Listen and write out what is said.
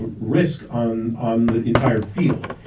but risk on on the entire field.